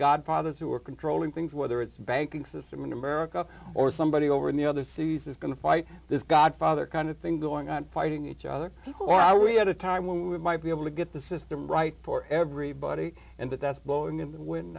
godfathers who are controlling things whether its banking system in america or somebody over in the other cities is going to fight this godfather kind of thing going on fighting each other or are we at a time when we might be able to get the system right for everybody and that that's blowing in the